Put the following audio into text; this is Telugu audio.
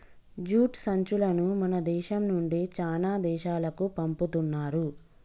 జూట్ సంచులు మన దేశం నుండి చానా దేశాలకు పంపుతున్నారు